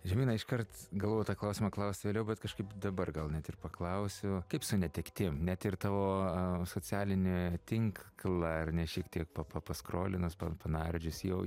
žemyna iškart galvojau tą klausimą klaust vėliau bet kažkaip dabar gal net ir paklausiu kaip su netektim net ir tavo socialinį tinklą ar ne šiek tiek pa pa paskrolinus pa panardžius jau